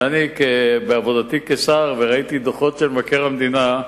ואני, בעבודתי כשר, ראיתי דוחות של מבקר המדינה,